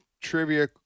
trivia